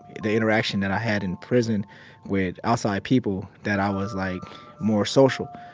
the interaction that i had in prison with outside people, that i was like more social.